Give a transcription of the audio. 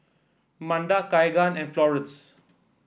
Manda Keagan and Florence